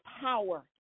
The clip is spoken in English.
power